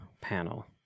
panel